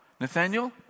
Nathaniel